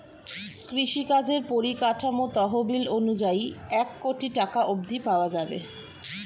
কৃষিকাজের পরিকাঠামো তহবিল অনুযায়ী এক কোটি টাকা অব্ধি পাওয়া যাবে